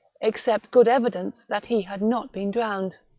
except good evidence that he had not been drowned.